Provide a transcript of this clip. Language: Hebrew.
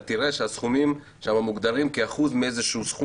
אתה תראה שהסכומים מוגדרים שם כאיזה אחוז בסיסי,